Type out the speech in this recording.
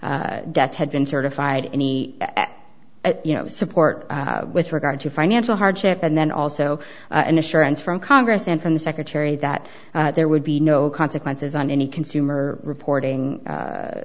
debts had been certified any you know support with regard to financial hardship and then also an assurance from congress and from the secretary that there would be no consequences on any consumer reporting